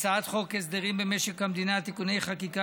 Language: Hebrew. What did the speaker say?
הצעת חוק הסדרים במשק המדינה (תיקוני חקיקה